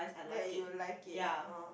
that you like it orh